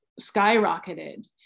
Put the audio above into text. skyrocketed